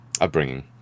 upbringing